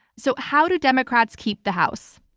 so how do democrats keep the house?